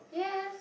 yes